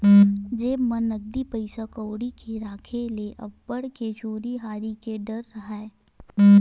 जेब म नकदी पइसा कउड़ी के राखे ले अब्बड़ के चोरी हारी के डर राहय